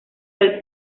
del